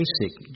basic